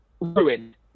ruined